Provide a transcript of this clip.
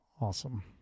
awesome